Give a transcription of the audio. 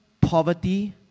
poverty